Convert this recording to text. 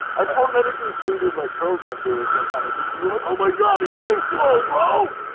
i phonetically tweeted, like, pearl jam lyrics one time. and people were, like, oh, my god! evenflow, bro!